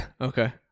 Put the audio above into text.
Okay